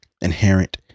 inherent